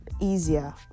easier